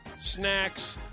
snacks